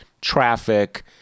Traffic